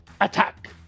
Attack